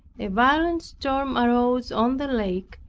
a violent storm arose on the lake,